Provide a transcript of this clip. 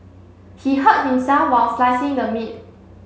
he hurt himself while slicing the meat